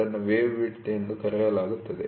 ಇದನ್ನು wave width ಎಂದು ಕರೆಯಲಾಗುತ್ತದೆ